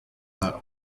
though